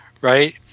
right